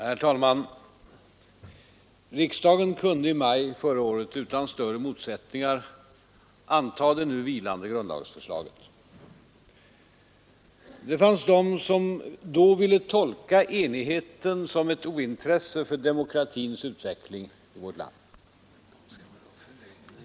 Herr talman! Riksdagen kunde i maj förra året utan större motsättningar anta det nu vilande grundlagsförslaget. Det fanns de som då ville tolka enigheten som ett ointresse för demokratins utveckling i vårt land.